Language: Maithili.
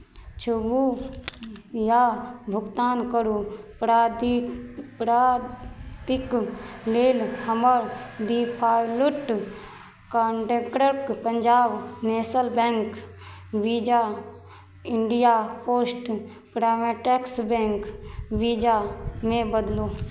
छुबू या भुगतान करू प्रादी प्राप्तिक लेल हमर डिफॉलुट कॉन्डेक्रक पंजाब नेशनल बैंक बीजा इंडिया पोस्ट प्रामेटेक्स बैंक वीजामे बदलू